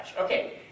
Okay